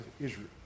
Israel